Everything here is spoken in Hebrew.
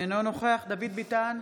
אינו נוכח דוד ביטן,